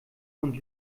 und